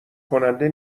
کننده